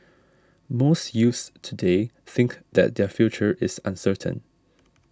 most youths today think that their future is uncertain